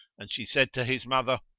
and she said to his mother,